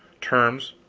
terms,